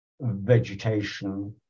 vegetation